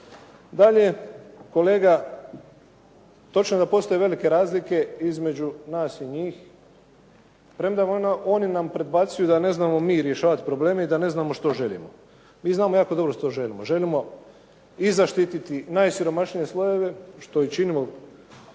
Dalje, kolega točno je da postoje velike razlike između nas i njih, premda oni nam predbacuju da ne znamo mi rješavati probleme i da ne znamo što želimo. Mi znamo jako dobro što želimo. Želimo i zaštititi najsiromašnije slojeve, što i činimo